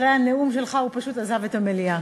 אחרי הנאום שלך הוא פשוט עזב את המליאה.